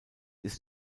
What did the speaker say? ist